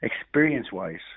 experience-wise